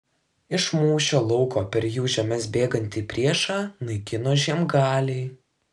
iš mūšio lauko per jų žemes bėgantį priešą naikino žiemgaliai